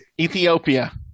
ethiopia